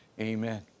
Amen